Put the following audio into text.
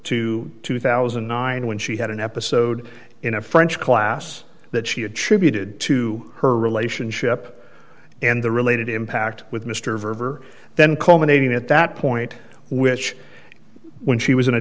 to two thousand and nine when she had an episode in a french class that she attributed to her relationship and the related impact with mr verver then culminating at that point which when she was in a